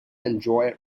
enjoy